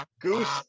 Goose